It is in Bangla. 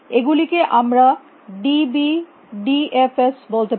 এগুলিকে আমরা d b d f s বলতে পারি